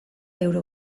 euro